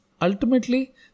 Ultimately